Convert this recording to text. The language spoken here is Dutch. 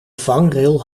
vangrail